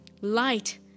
light